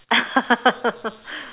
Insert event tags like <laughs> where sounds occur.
<laughs>